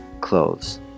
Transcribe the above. clothes